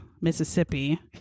mississippi